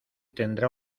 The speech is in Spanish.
tendrá